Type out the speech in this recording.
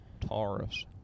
Taurus